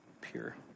pure